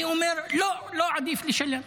אני אומר: לא, לא עדיף לשלם.